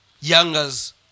youngers